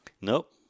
Nope